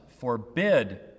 forbid